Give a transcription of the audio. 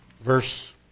verse